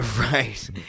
Right